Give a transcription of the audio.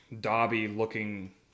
dobby-looking